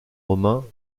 romain